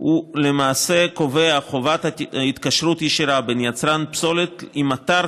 למעשה קובע חובת התקשרות ישירה של יצרן פסולת עם אתר